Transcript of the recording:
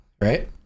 right